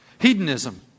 Hedonism